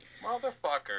motherfucker